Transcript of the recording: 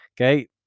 okay